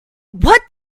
what